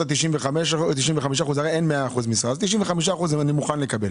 ה-95% הרי אין 100% אז 95% אני מוכן לקבל